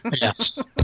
Yes